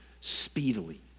speedily